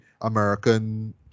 American